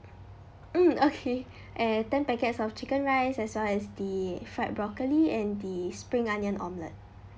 mm okay and ten packets of chicken rice as well as the fried broccoli and the spring onion omelette